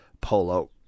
polo